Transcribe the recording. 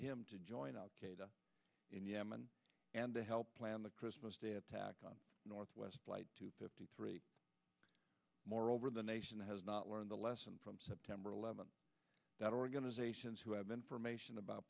him to join al qaeda in yemen and to help plan the christmas day attack on northwest flight two fifty three moreover the nation has not learned a lesson from september eleventh that organizations who have information about